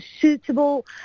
suitable